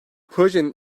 projenin